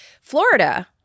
Florida